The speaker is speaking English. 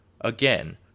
again